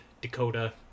Dakota